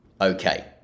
Okay